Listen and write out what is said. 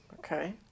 Okay